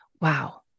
Wow